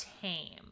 tame